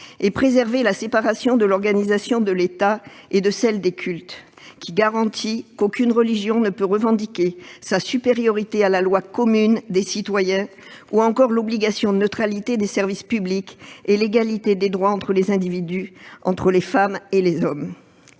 et préserver le principe de séparation de l'État et des cultes, qui garantit qu'aucune religion ne peut revendiquer sa supériorité à la loi commune des citoyens, ou encore l'obligation de neutralité des services publics et l'égalité des droits entre les individus, femmes et hommes.